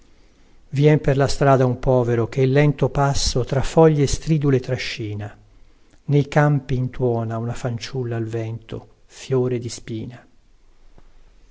vien per la strada un povero che il lento passo tra foglie stridule trascina nei campi intuona una fanciulla al vento fiore di spina